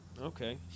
okay